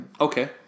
Okay